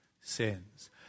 sins